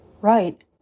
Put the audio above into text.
Right